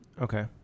Okay